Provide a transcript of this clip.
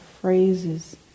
phrases